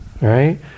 Right